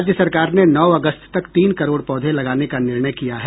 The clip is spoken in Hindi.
राज्य सरकार ने नौ अगस्त तक तीन करोड़ पौधे लगाने का निर्णय किया है